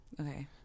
Okay